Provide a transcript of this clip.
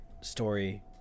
story